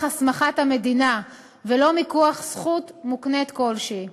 הסמכת המדינה ולא מכוח זכות מוקנית כלשהי.